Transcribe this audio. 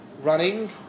running